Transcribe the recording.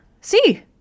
see